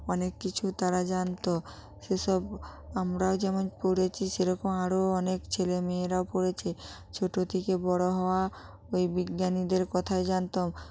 অনেক কিছু তারা জানত সে সব আমরাও যেমন পড়েছি সেরকম আরো অনেক ছেলেমেয়েরাও পড়েছে ছোট থেকে বড় হওয়া ওই বিজ্ঞানীদের কথা জানতাম